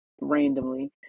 randomly